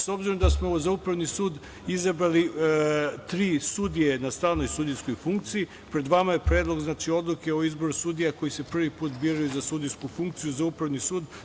S obzirom da smo za upravni sud izabrali tri sudije na stalne sudijske funkcije, pred vama je Predlog odluke o izboru sudija koji se prvi put biraju za sudijsku funkciju za upravni sud.